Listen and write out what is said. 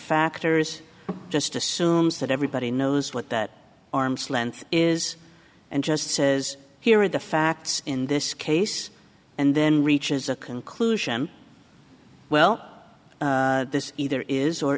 factors just assumes that everybody knows what that arms length is and just says here are the facts in this case and then reaches a conclusion well this either is or